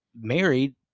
married